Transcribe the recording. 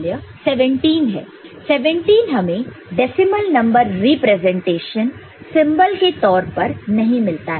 17 हमें decimal number representation symbol के तौर पर नहीं मिलता है